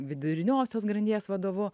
viduriniosios grandies vadovu